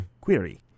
Query